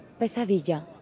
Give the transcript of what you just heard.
pesadilla